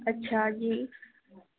اچھا جی